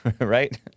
right